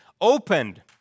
opened